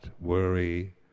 worry